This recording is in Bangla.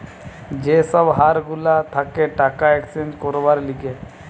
যে সব হার গুলা থাকে টাকা এক্সচেঞ্জ করবার লিগে